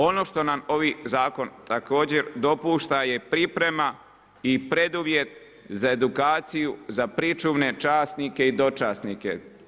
Ono što nam ovaj zakon, također dopušta, je priprema i preduvjet za edukaciju, za pričuvne časnike i dočasnike.